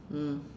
mm